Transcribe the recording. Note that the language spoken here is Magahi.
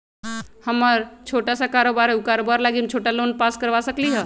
हमर छोटा सा कारोबार है उ कारोबार लागी हम छोटा लोन पास करवा सकली ह?